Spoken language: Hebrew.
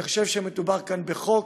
אני חושב שמדובר כאן בחוק